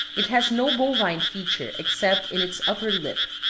it has no bovine feature except in its upper lip.